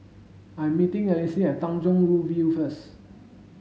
I'm meeting Alyce at Tanjong Rhu View first